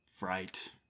Right